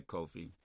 Kofi